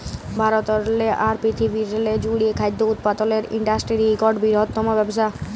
ভারতেরলে আর পিরথিবিরলে জ্যুড়ে খাদ্য উৎপাদলের ইন্ডাসটিরি ইকট বিরহত্তম ব্যবসা